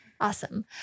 Awesome